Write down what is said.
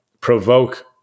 provoke